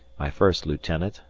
my first lieutenant,